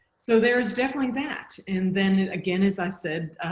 so there is definitely that and then again as i said,